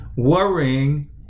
Worrying